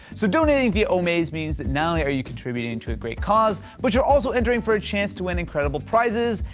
so donating via omaze means that not only are you contributing to a great cause, but you're also entering for a chance to win incredible prizes,